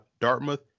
Dartmouth